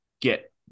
get